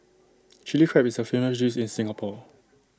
Chilli Crab is A famous dish in Singapore